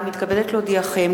אני מתכבדת להודיעכם,